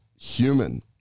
human